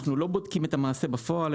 אנחנו לא בודקים את המעשה בפועל,